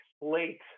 late